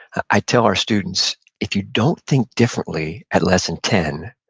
i tell our students, if you don't think differently at lesson ten,